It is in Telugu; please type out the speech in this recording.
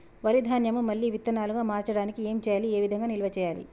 వరి ధాన్యము మళ్ళీ విత్తనాలు గా మార్చడానికి ఏం చేయాలి ఏ విధంగా నిల్వ చేయాలి?